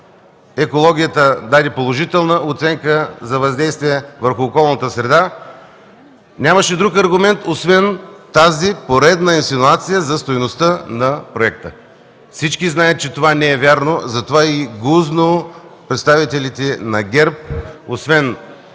екологията даде положителна оценка за въздействие върху околната среда, нямаше друг аргумент, освен тази поредна инсинуация за стойността на проекта. Всички знаят, че това не е вярно, затова, освен че